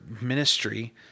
ministry